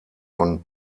von